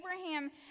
Abraham